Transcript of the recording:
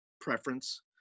preference